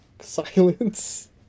silence